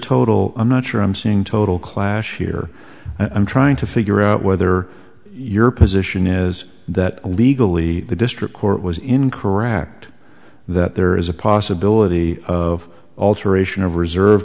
total i'm not sure i'm seeing total clash here i'm trying to figure out whether your position is that legally the district court was in correct that there is a possibility of alteration of reserve